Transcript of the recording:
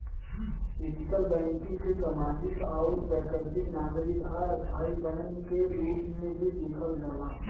ethical banking के सामाजिक आउर वैकल्पिक नागरिक आ स्थाई बैंक के रूप में भी देखल जाला